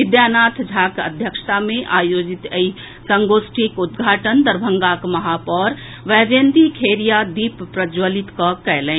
विद्यानाथ झा के अध्यक्षता मे आयोजित एहि संगोष्ठीक उद्घाटन दरभंगाक महापौर वैजयंती खेड़िया दीप प्रज्जवलित कऽ कयलनि